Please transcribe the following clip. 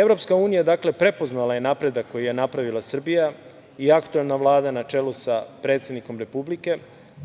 Evropska unija je prepoznala napredak koji je napravila Srbija i aktuelna Vlada na čelu sa predsednikom Republike